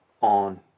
on